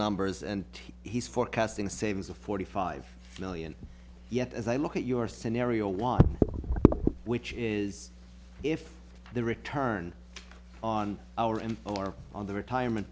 numbers and he's forecasting same as a forty five million yet as i look at your scenario one which is if the return on our end or on the retirement